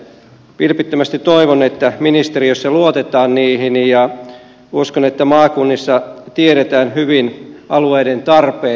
vilpittömästi toivon että ministeriössä luotetaan niihin ja uskon että maakunnissa tiedetään hyvin alueiden tarpeet